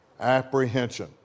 apprehension